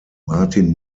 martin